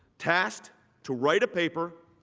past to write a paper